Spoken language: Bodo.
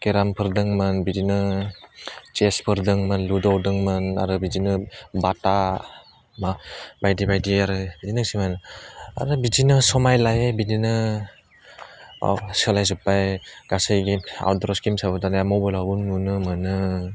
केरामफोर दोंमोन बिदिनो चेसफोर दोंमोन लुद' दोंमोन आरो बिदिनो बाथा मा बायदि बायदि आरो बिदिनोसैमोन आरो बिदिनो समाय लायै बिदिनो अह सोलायजोब्बाय गासैलिद आउटदर्स गेमस आबो दानिया मबाइलावबो नुनो मोनो